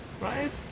right